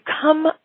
come